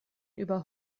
über